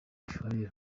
faye